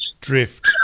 drift